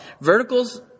verticals